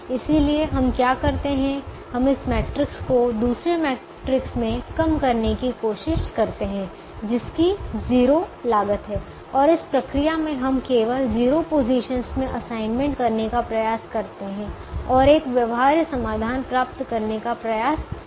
इसलिए हम क्या करते हैं हम इस मैट्रिक्स को दूसरे मैट्रिक्स में कम करने की कोशिश करते हैं जिसकी 0 लागत है और इस प्रक्रिया में हम केवल 0 पोजीशनस में असाइनमेंट करने का प्रयास करते हैं और एक व्यवहार्य समाधान प्राप्त करने का प्रयास करते हैं